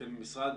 - אתם משרד